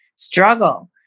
struggle